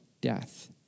death